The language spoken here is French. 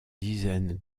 dizaines